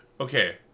okay